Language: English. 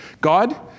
god